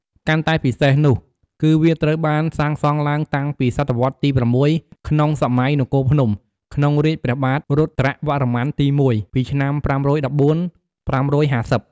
កាន់តែពិសេស នោះ គឺវាត្រូវបានសាងសង់ឡើងតាំងពីសតវត្សរ៍ទី៦ ក្នុងសម័យនគរភ្នំ ក្នុងរាជ្យព្រះបាទរុទ្រវរ្ម័នទី ១ ពី ឆ្នាំ ៥១៤-៥៥០។